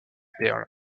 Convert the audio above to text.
perles